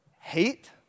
Hate